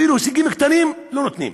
אפילו הישגים קטנים לא נותנים.